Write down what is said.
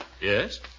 Yes